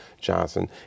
Johnson